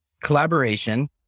collaboration